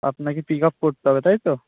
আপনাকে pick up করতে হবে তাই তো